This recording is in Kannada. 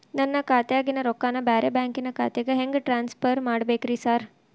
ನನ್ನ ಖಾತ್ಯಾಗಿನ ರೊಕ್ಕಾನ ಬ್ಯಾರೆ ಬ್ಯಾಂಕಿನ ಖಾತೆಗೆ ಹೆಂಗ್ ಟ್ರಾನ್ಸ್ ಪರ್ ಮಾಡ್ಬೇಕ್ರಿ ಸಾರ್?